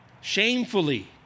shamefully